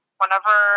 whenever